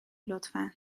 لطفا